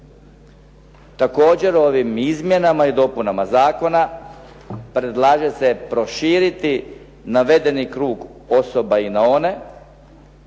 Također ovim izmjenama i dopunama zakona predlaže se proširiti navedeni krug osoba i na one